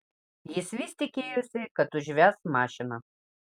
jis vis tikėjosi kad užves mašiną